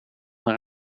naar